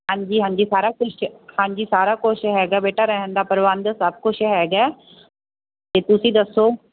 ਹਾਂਜੀ ਹਾਂਜੀ ਸਾਰਾ ਕੁਛ ਹਾਂਜੀ ਸਾਰਾ ਕੁਛ ਹੈਗਾ ਬੇਟਾ ਰਹਿਣ ਦਾ ਪ੍ਰਬੰਧ ਸਭ ਕੁਛ ਹੈਗਾ ਅਤੇ ਤੁਸੀਂ ਦੱਸੋ